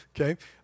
Okay